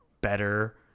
better